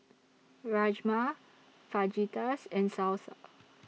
Rajma Fajitas and Salsa